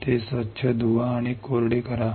ते स्वच्छ धुवा आणि कोरडे करा